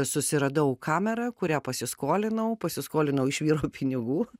susiradau kamerą kurią pasiskolinau pasiskolinau iš vyro pinigų